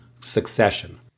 succession